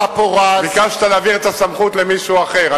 ביקשת להעביר את הסמכות למישהו אחר.